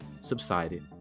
subsided